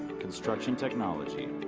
construction technology,